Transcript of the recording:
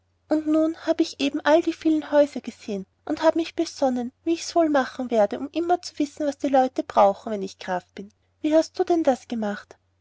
und nun hab ich eben all die vielen häuser angesehen und hab mich besonnen wie ich's wohl machen werde um immer zu wissen was die leute brauchen wenn ich graf bin wie hast denn du das gemacht